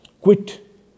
quit